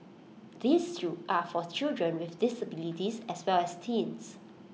these two are children with disabilities as well as teens